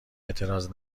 اعتراض